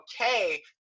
okay